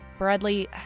Bradley